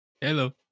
Hello